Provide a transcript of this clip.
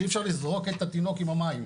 שאי אפשר "לזרוק את התינוק עם המים",